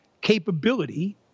capability